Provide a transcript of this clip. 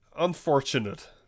unfortunate